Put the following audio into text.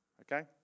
Okay